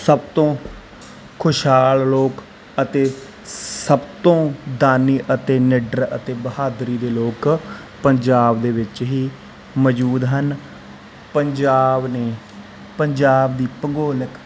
ਸਭ ਤੋਂ ਖੁਸ਼ਹਾਲ ਲੋਕ ਅਤੇ ਸਭ ਤੋਂ ਦਾਨੀ ਅਤੇ ਨਿਡਰ ਅਤੇ ਬਹਾਦਰੀ ਦੇ ਲੋਕ ਪੰਜਾਬ ਦੇ ਵਿੱਚ ਹੀ ਮੌਜੂਦ ਹਨ ਪੰਜਾਬ ਨੇ ਪੰਜਾਬ ਦੀ ਭੂਗੋਲਿਕ